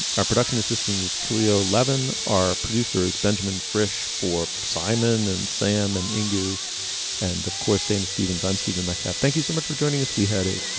our production assistants clio leaven our producer is benjamin fresh for simon and sam and ingo and of course dame steven time steven michael. thank you so much for joining us. we had a